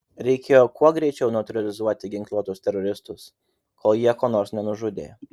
reikėjo kuo greičiau neutralizuoti ginkluotus teroristus kol jie ko nors nenužudė